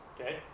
okay